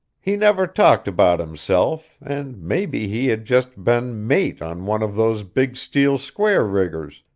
he never talked about himself, and maybe he had just been mate on one of those big steel square-riggers,